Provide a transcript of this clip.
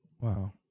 wow